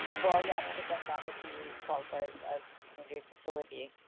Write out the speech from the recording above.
well, yeah, because then that would be qualifies as community facility.